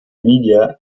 media